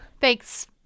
Thanks